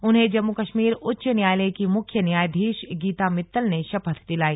उन्हें जम्मू कश्मीर उच्च न्यायालय की मुख्य न्यायाधीश गीता मित्तल ने शपथ दिलाई